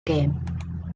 gêm